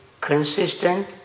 consistent